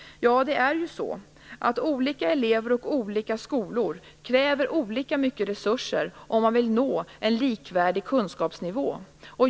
Ja, det är ju så att olika elever och olika skolor kräver olika mycket resurser om man vill nå en likvärdig kunskapsnivå.